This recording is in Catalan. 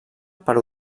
per